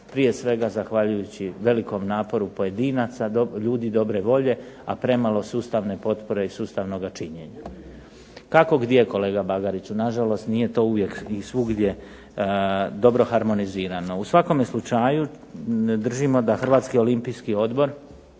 prije svega zahvaljujući velikom naporu pojedinaca, ljudi dobre volje, a premalo sustavne potpore i sustavnoga činjenja. … /Upadica se ne razumije./… Kako gdje kolega Bagariću, nažalost nije to uvijek i svugdje dobro harmonizirano. U svakome slučaju držimo da HOO unatoč poteškoćama